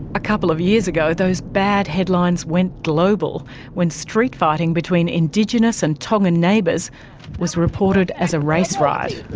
a couple of years ago, those bad headlines went global when street fighting between indigenous and tongan neighbours was reported as a race riot.